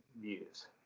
views